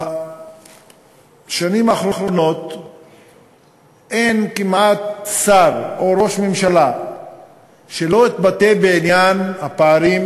בשנים האחרונות אין כמעט שר או ראש ממשלה שלא התבטא בעניין הפערים,